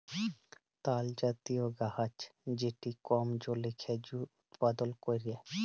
তালজাতীয় গাহাচ যেট কম জলে খেজুর উৎপাদল ক্যরে